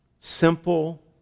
simple